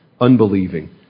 unbelieving